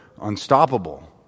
unstoppable